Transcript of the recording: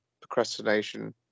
procrastination